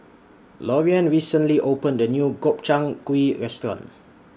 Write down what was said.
Loriann recently opened A New Gobchang Gui Restaurant